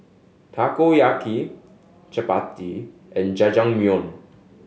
Takoyaki Chapati and Jajangmyeon